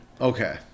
Okay